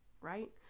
right